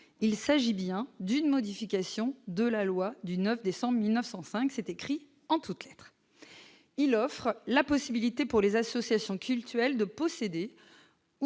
il s'agit bien d'une modification de la loi du 9 décembre 1905, c'est écrit en toutes Lettres il offre la possibilité, pour les associations cultuelles de posséder